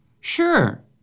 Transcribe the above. Sure